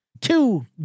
two